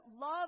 love